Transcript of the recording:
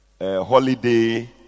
holiday